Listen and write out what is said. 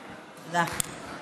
תודה.